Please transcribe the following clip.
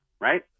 Right